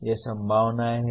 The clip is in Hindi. ये संभावनाएं हैं